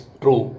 true